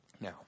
Now